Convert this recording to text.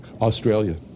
Australia